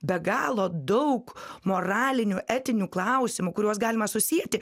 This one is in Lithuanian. be galo daug moralinių etinių klausimų kuriuos galima susieti